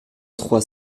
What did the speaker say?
trois